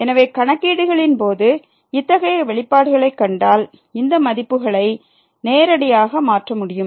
எனவே கணக்கீடுகளின் போது இத்தகைய வெளிப்பாடுகளைக் கண்டால் இந்த மதிப்புகளை நேரடியாக மாற்றமுடியும்